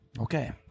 Okay